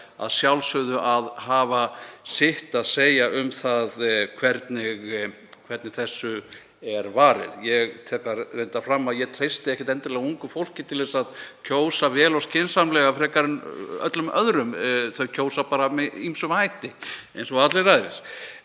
að sjálfsögðu að hafa sitt að segja um það hvernig þessu er varið. Ég tek reyndar fram að ég treysti ekkert endilega ungu fólki til að kjósa vel og skynsamlega frekar en öllum öðrum. Þau kjósa bara með ýmsum hætti eins og allir aðrir.